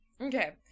Okay